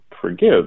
forgive